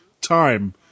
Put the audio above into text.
time